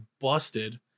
busted